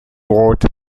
wrote